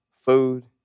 food